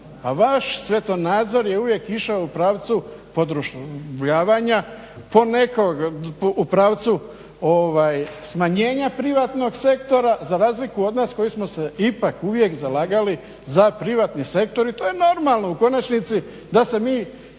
vaš svjetonazor je uvijek išao u pravcu produštvljavanja u pravcu smanjenja privatnog sektora za razliku od nas koji smo se ipak uvijek zalagali za privatni sektor i to je normalno u konačnici da se mi